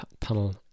tunnel